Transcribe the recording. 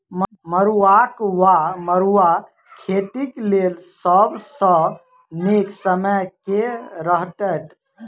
मरुआक वा मड़ुआ खेतीक लेल सब सऽ नीक समय केँ रहतैक?